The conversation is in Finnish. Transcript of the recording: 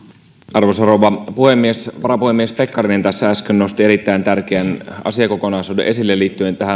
arvoisa rouva puhemies varapuhemies pekkarinen tässä äsken nosti erittäin tärkeän asiakokonaisuuden esille liittyen